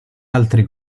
altri